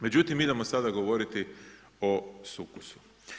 Međutim idemo sada govoriti o sukusu.